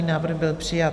Návrh byl přijat.